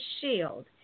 shield